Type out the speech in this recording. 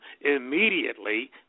immediately